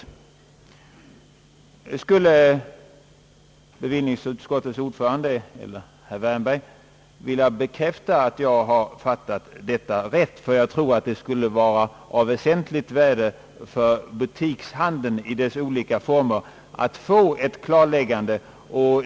Skulle bevillningsutskottets ordförande eller herr Wärnberg vilja bekräfta, att jag har fattat detta rätt, ty jag tror att det skulle vara av väsentligt värde för butikshandeln i dess olika former att få ett klarläggande.